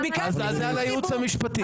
אז לא יהיה ייעוץ משפטי.